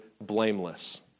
blameless